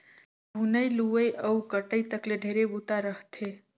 बुनई, लुवई अउ कटई तक ले ढेरे बूता रहथे